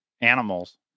animals